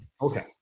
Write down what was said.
Okay